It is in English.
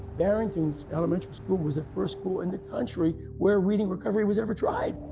barrington's elementary school was a first school in the country where reading recovery was ever tried.